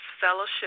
Fellowship